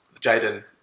Jaden